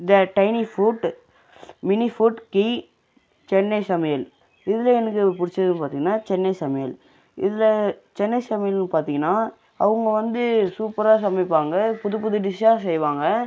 the tiny food mini food the Chennai சமையல் இதில் எனக்கு பிடிச்சது பார்த்தீங்கன்னா சென்னை சமையல் இதில் சென்னை சமையல்ன்னு பார்த்தீங்கன்னா அவங்க வந்து சூப்பராக சமைப்பாங்க புதுப்புது டிஷ்ஷாக செய்வாங்க